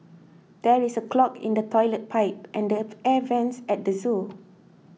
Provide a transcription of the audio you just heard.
there is a clog in the Toilet Pipe and the Air Vents at the zoo